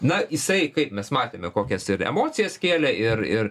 na jisai kaip mes matėme kokias ir emocijas kėlė ir ir